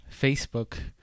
Facebook